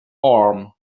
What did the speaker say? arm